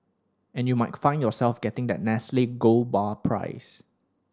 and you might find yourself getting that Nestle gold bar prize